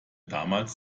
damals